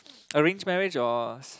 arranged marriage or